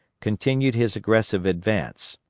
continued his aggressive advance.